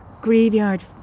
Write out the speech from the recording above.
graveyard